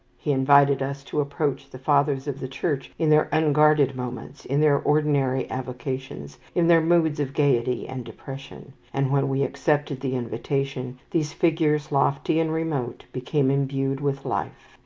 he invited us to approach the fathers of the church in their unguarded moments, in their ordinary avocations, in their moods of gayety and depression and, when we accepted the invitation, these figures, lofty and remote, became imbued with life.